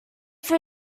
for